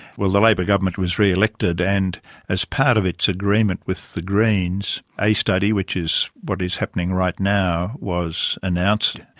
well, the labor government was re-elected, and as part of its agreement with the greens, a study, which is what is happening right now, was announced,